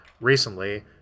recently